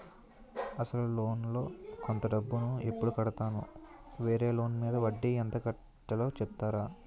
అసలు లోన్ లో కొంత డబ్బు ను ఎప్పుడు కడతాను? వేరే లోన్ మీద వడ్డీ ఎంత కట్తలో చెప్తారా?